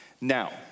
Now